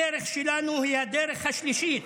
הדרך שלנו היא הדרך השלישית,